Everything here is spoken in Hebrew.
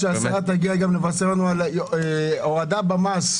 שהשרה תגיע גם לבשר לנו על הורדה במס,